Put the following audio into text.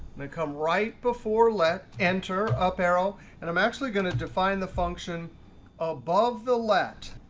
to come right before let, enter up arrow, and i'm actually going to define the function above the let,